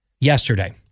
yesterday